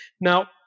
Now